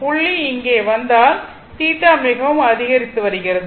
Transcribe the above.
புள்ளி இங்கே வந்தால் θ வும் அதிகரித்து வருகிறது